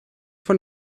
von